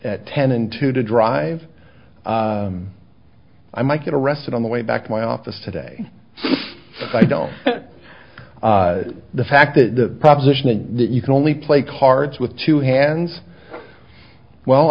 at ten and two to drive i might get arrested on the way back to my office today i don't the fact the proposition that you can only play cards with two hands well